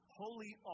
holy